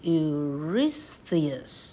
Eurystheus